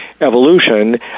evolution